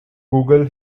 google